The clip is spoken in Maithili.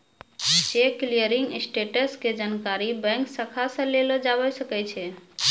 चेक क्लियरिंग स्टेटस के जानकारी बैंक शाखा से लेलो जाबै सकै छै